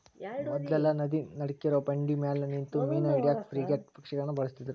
ಮೊದ್ಲೆಲ್ಲಾ ನದಿ ನಡಕ್ಕಿರೋ ಬಂಡಿಮ್ಯಾಲೆ ನಿಂತು ಮೇನಾ ಹಿಡ್ಯಾಕ ಫ್ರಿಗೇಟ್ ಪಕ್ಷಿಗಳನ್ನ ಬಳಸ್ತಿದ್ರು